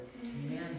Amen